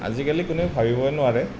আজিকালি কোনেও ভাবিবই নোৱাৰে